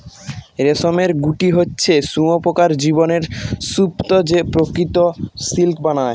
রেশমের গুটি হচ্ছে শুঁয়োপকার জীবনের স্তুপ যে প্রকৃত সিল্ক বানায়